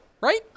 Right